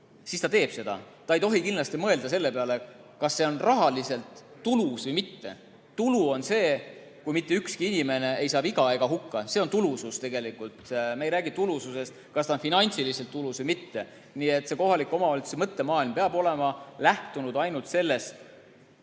siis ta teeb seda. Ta ei tohi kindlasti mõelda selle peale, kas see on rahaliselt tulus või mitte. Tulu on see, kui mitte ükski inimene ei saa viga ega hukka. See on tulusus tegelikult. Me ei räägi, kas see on finantsiliselt tulus või mitte. Nii et see kohaliku omavalitsuse mõttemaailm peab lähtuma ainult sellest,